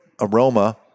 aroma